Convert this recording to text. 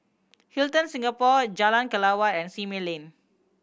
Hilton Singapore Jalan Kelawar and Simei Lane